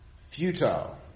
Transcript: futile